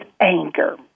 anger